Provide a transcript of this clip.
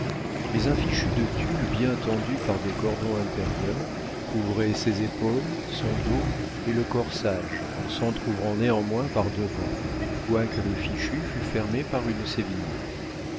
mais un fichu de tulle bien tendu par des cordons intérieurs couvrait ses épaules son dos et le corsage en s'entr'ouvrant néanmoins par devant quoique le fichu fût fermé par une sévigné